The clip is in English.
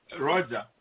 Roger